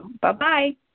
Bye-bye